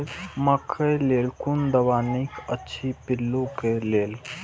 मकैय लेल कोन दवा निक अछि पिल्लू क लेल?